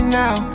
now